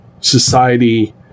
society